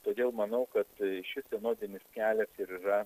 todėl manau kad šis sinodinis kelia ir yra